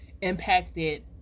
impacted